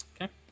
okay